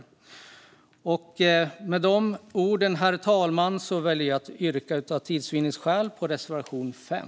Herr talman! Med de orden väljer jag av tidsvinningsskäl att yrka bifall till reservation 5.